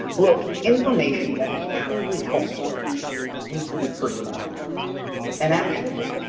look, information that is truly helpful needs to be personalized and actionable.